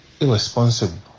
irresponsible